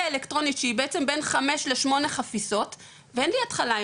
אלקטרונית שהיא בעצם בין חמש לשמונה חפיסות ואין לי התחלה,